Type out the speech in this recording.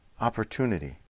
opportunity